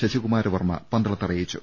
ശശികുമാര വർമ്മ പന്തളത്ത് അറിയിച്ചു